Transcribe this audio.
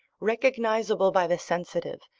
recognisable by the sensitive,